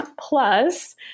Plus